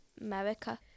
America